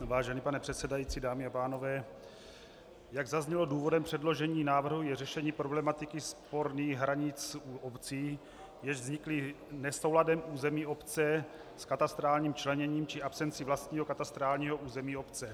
Vážený pane předsedající, dámy a pánové, jak zaznělo, důvodem předložení návrhu je řešení problematiky sporných hranic obcí, které vznikly nesouladem území obce s katastrálním členěním či absencí vlastního katastrálního území obce.